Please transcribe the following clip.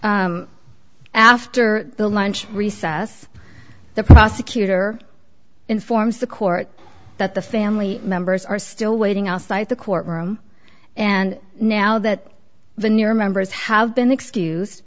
rd after the lunch recess the prosecutor informs the court that the family members are still waiting outside the court room and now that the newer members have been excused